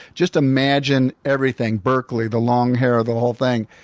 just imagine everything berkeley, the long hair, the whole thing.